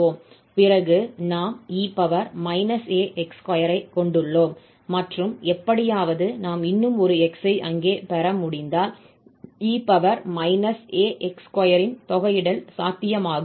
பிறகு நாம் e ax2 ஐ கொண்டுள்ளோம் மற்றும் எப்படியாவது நாம் இன்னும் ஒரு 𝑥 ஐ அங்கே பெற முடிந்தால் e ax2 இன் தொகையிடல் சாத்தியமாகும்